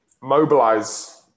mobilize